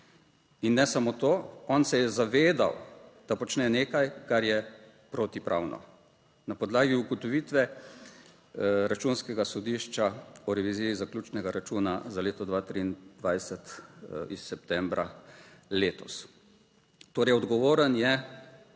In ne samo to, on se je zavedal, da počne nekaj, kar je protipravno, na podlagi ugotovitve Računskega sodišča o reviziji zaključnega računa za leto 2023 iz septembra letos. Torej, odgovoren je